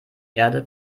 erde